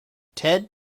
ted